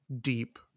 deep